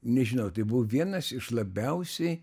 nežinau tai buvo vienas iš labiausiai